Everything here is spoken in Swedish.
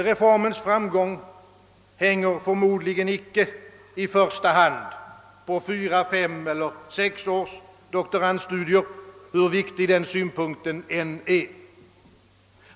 Reformens framgång är förmodligen icke i första hand avhängig av en studietid för doktoranderna på fyra, fem eller sex år, hur viktig den synpunkten än är.